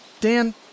Dan